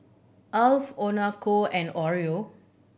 Alf Onkyo and Oreo